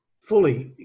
fully